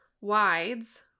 Wides